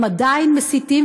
הם עדיין מסיתים,